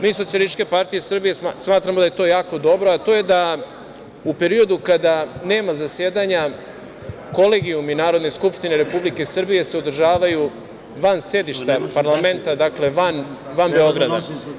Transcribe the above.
Mi iz SPS smatramo da je to jako dobro, a to je da u periodu kada nema zasedanja Kolegijumi Narodne skupštine Republike Srbije se održavaju van sedišta parlamenta, dakle van Beograda.